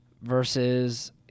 versus